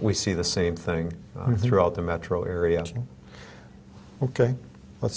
we see the same thing throughout the metro area ok let's